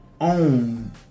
own